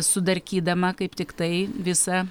sudarkydama kaip tiktai visą